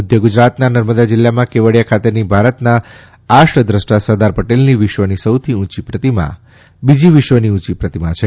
મધ્ય ગુજરાતના નર્મદા જિલ્લામાં કેવડીયા ખાતેની ભારતના આર્ષદ્રષ્ટા સરદાર પટેલની વિશ્વની સૌથી ઉંચી પ્રતિમા બીજી વિશ્વની ઉંચી પ્રતિમા છે